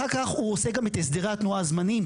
אחר כך הוא עושה גם את הסדרי התנועה הזמניים,